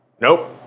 Nope